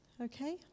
Okay